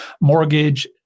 Mortgage